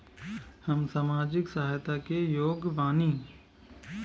हम सामाजिक सहायता के योग्य बानी?